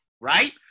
right